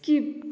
skip